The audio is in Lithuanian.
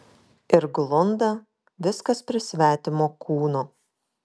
ir glunda viskas prie svetimo kūno